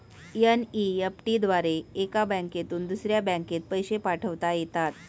NEFT द्वारे एका बँकेतून दुसऱ्या बँकेत पैसे पाठवता येतात